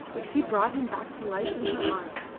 but she brought him back to life in her arms,